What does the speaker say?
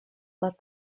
let